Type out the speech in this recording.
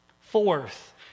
Fourth